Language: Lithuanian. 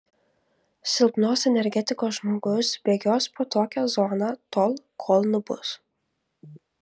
silpnos energetikos žmogus bėgios po tokią zoną tol kol nubus